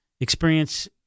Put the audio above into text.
experience